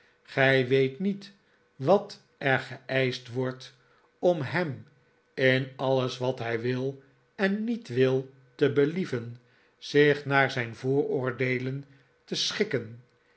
gij weet niet wat er geeischt wordt om hem in alles wat hij wil en niet wil te believen zich naar zijn vooroordeelen te schikken